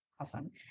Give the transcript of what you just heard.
awesome